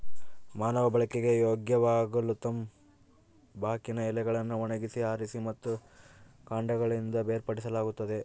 ಮಾನವ ಬಳಕೆಗೆ ಯೋಗ್ಯವಾಗಲುತಂಬಾಕಿನ ಎಲೆಗಳನ್ನು ಒಣಗಿಸಿ ಆರಿಸಿ ಮತ್ತು ಕಾಂಡಗಳಿಂದ ಬೇರ್ಪಡಿಸಲಾಗುತ್ತದೆ